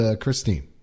Christine